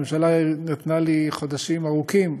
הממשלה נתנה לי חודשים ארוכים,